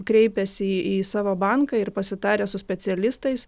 kreipęsi į savo banką ir pasitarę su specialistais